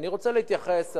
אני רוצה להתייחס,